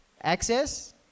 access